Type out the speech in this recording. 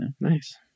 Nice